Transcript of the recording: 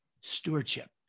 stewardship